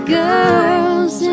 girls